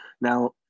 Now